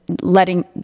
letting